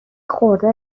خورده